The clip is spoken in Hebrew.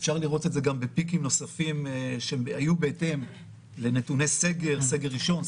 אפשר לראות את זה גם בפיקים נוספים שהיו בהתאם לנתוני סגר סגר ראשון,